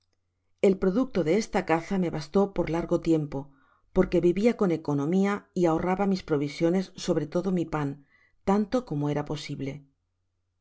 el producto de esta caza me bastó por largo tiempo porque vivia con economia y ahorraba mis provisiones sobre todo mi pan tanto como era posible